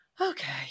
okay